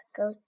go